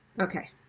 Okay